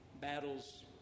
battles